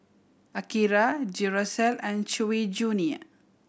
Akira Duracell and Chewy Junior